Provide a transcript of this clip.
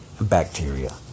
bacteria